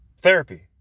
Therapy